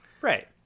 Right